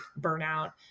burnout